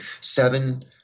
seven